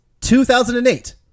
2008